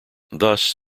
thus